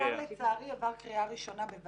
ואני חושב שדווקא בוועדת